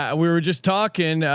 ah we were just talking,